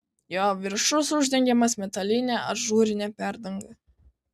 jo viršus uždengiamas metaline ažūrine perdanga